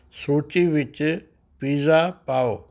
ਸੂਚੀ ਵਿੱਚ ਪੀਜ਼ਾ ਪਾਓ